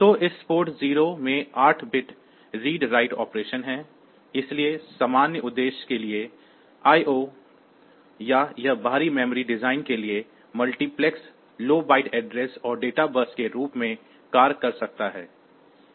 तो इस पोर्ट 0 में 8 बिट रीड राइट ऑपरेशन है इसलिए सामान्य उद्देश्य के लिए IO या यह बाहरी मेमोरी डिज़ाइन के लिए मल्टीप्लेक्स लो बाइट एड्रेस और डेटा बस के रूप में कार्य कर सकता है